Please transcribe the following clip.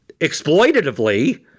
exploitatively